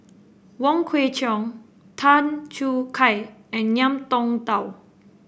Wong Kwei Cheong Tan Choo Kai and Ngiam Tong Dow